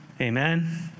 Amen